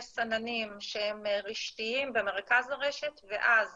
יש סננים שהם רשתיים במרכז הרשת ואז